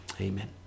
Amen